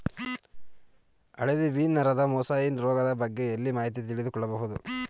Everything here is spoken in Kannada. ಹಳದಿ ವೀನ್ ನರದ ಮೊಸಾಯಿಸ್ ರೋಗದ ಬಗ್ಗೆ ಎಲ್ಲಿ ಮಾಹಿತಿ ತಿಳಿದು ಕೊಳ್ಳಬಹುದು?